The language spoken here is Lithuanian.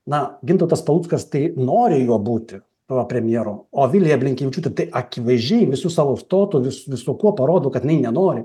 na gintautas paluckas tai nori juo būti va premjeru o vilija blinkevičiūtė tai akivaizdžiai visu savo stotu vis visu kuo parodo kad jinai nenori